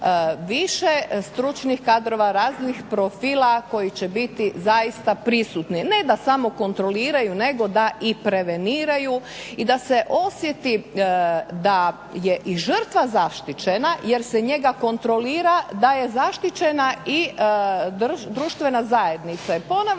Više stručnih kadrova, raznih profila koji će biti zaista prisutni, ne da samo kontroliraju nego da i preveniraju i da se osjeti da je i žrtva zaštićena jer se njega kontrolira, da je zaštićena i društvena zajednica.